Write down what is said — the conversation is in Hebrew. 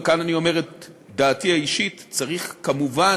וכאן אני אומר את דעתי האישית: צריך כמובן